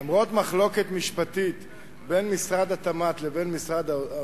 למרות מחלוקת משפטית בין משרד התמ"ת לבין משרד האוצר,